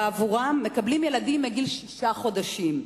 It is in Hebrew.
בעבורן, מקבלים ילדים מגיל שישה חודשים.